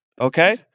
okay